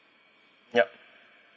yup